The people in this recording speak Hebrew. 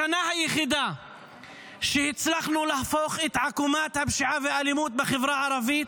השנה היחידה שבה הצלחנו להפוך את עקומת הפשיעה והאלימות בחברה הערבית